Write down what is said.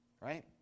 Right